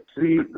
see